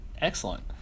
Excellent